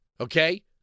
Okay